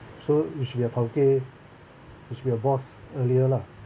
so you should be a tauke you should be a boss earlier lah